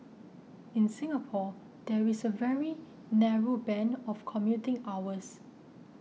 in Singapore there is a very narrow band of commuting hours